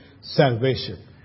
salvation